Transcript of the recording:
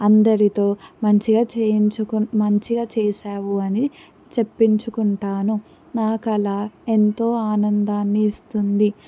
అందరితో మంచిగా చేయించుకొని మంచిగా చేసావు అని చెప్పించుకుంటాను నాకు అలా ఎంతో ఆనందాన్ని ఇస్తుంది